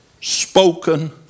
spoken